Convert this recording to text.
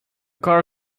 car